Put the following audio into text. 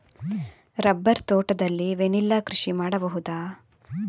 Rubber ತೋಟದಲ್ಲಿ vanilla ಕೃಷಿ ಮಾಡಬಹುದಾ?